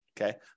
Okay